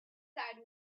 side